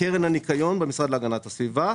קרן הניקיון במשרד להגנת הסביבה,